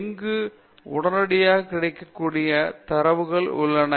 எங்கு உடனடியாக கிடைக்கக்கூடிய தரவுகள் உள்ளன